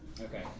Okay